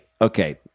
okay